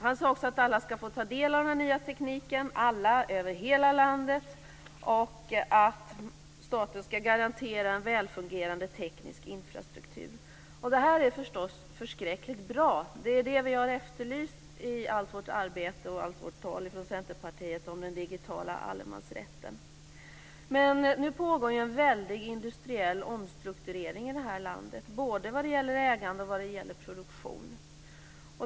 Han sade också att alla skall få ta del av den här nya tekniken, alla över hela landet, och att staten skall garantera en väl fungerande teknisk infrastruktur. Det här är förstås förskräckligt bra. Det är det vi har efterlyst i allt vårt arbete och allt vårt tal från Men nu pågår en väldig industriell omstrukturering i det här landet, både vad gäller ägande och vad gäller produktion.